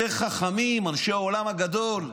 יותר חכמים, אנשי העולם הגדול,